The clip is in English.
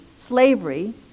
slavery